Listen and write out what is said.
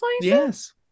yes